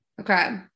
Okay